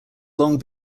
long